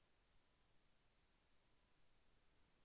పదవీ విరమణ అయిన వాళ్లకోసం ఏ ప్రభుత్వ పథకాలు ఉన్నాయి?